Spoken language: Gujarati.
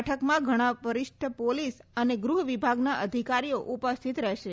બેઠકમાં ઘણા વરિષ્ઠ પોલિસ અને ગૃહ વિભાગના અધિકારી ઉપસ્થિત રહેશે